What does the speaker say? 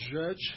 judge